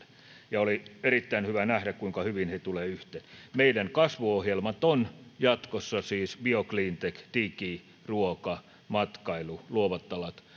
oli erittäin hyvä nähdä kuinka hyvin ne tulevat yhteen meidän kasvuohjelmat ovat jatkossa siis bio cleantech digi ruoka matkailu luovat alat